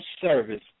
service